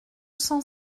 cent